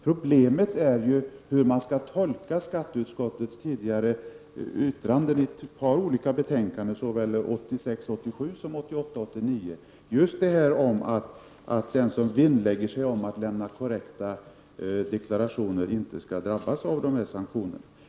Problemet är hur skatteutskottets tidigare yttranden skall tolkas i ett par betänkanden såväl från 1986 89, dvs. att den som vinnlägger sig om att lämna korrekta deklarationer inte skall drabbas av dessa sanktioner.